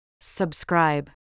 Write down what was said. Subscribe